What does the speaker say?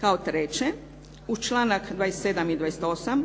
Kao treće. U članak 27. i 28.